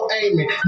aiming